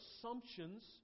assumptions